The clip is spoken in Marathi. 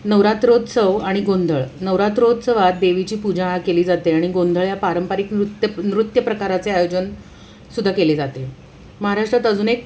नवरात्रोत्सव आणि गोंधळ नवरात्रोत्सवात देवीची पूजा केली जाते आणि गोंधळ या पारंपरिक नृत्य नृत्यप्रकाराचे आयोजन सुद्धा केले जाते महाराष्ट्रात अजून एक